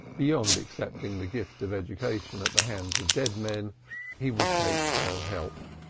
beyond accepting the gift of education at the hands of dead men he would take no help.